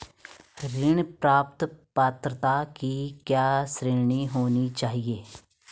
ऋण प्राप्त पात्रता की क्या श्रेणी होनी चाहिए?